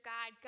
God